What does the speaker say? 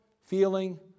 feeling